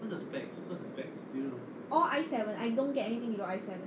all I seven I don't get anything below I seven